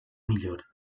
millor